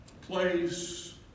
place